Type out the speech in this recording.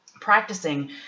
practicing